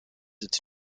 its